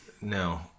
No